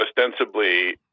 ostensibly